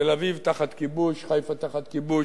תל-אביב תחת כיבוש, חיפה תחת כיבוש,